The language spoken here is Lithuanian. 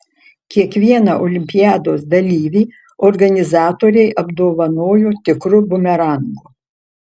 kiekvieną olimpiados dalyvį organizatoriai apdovanojo tikru bumerangu